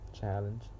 challenge